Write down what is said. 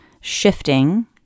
shifting